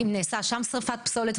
אם נעשית שם שרפת פסולת,